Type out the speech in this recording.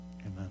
Amen